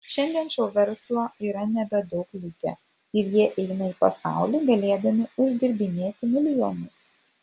šiandien šou verslo yra nebedaug likę ir jie eina į pasaulį galėdami uždirbinėti milijonus